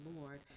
Lord